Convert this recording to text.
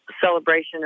celebration